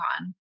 on